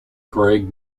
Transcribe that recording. greg